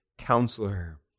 counselor